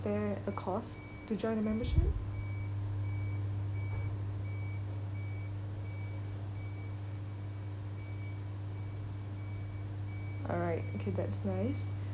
there a cost to join the membership alright okay that's nice